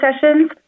sessions